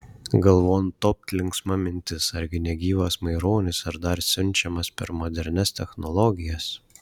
galvon topt linksma mintis argi ne gyvas maironis ir dar siunčiamas per modernias technologijas